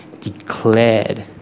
declared